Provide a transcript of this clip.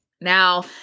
Now